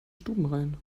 stubenrein